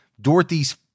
Dorothy's